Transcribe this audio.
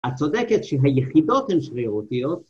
‫את צודקת שהיחידות הן שרירותיות,